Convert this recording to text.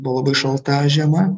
buvo labai šalta žiema